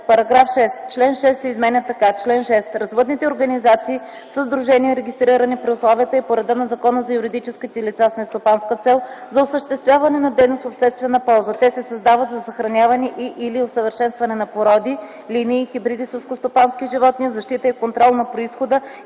§ 6: „§ 6. Член 6 се изменя така: „Чл. 6. Развъдните организации са сдружения, регистрирани при условията и по реда на Закона за юридическите лица с нестопанска цел за осъществяване на дейност в обществена полза. Те се създават за съхраняване и/или усъвършенстване на породи, линии и хибриди селскостопански животни, защита и контрол на произхода